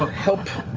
help,